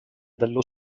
dello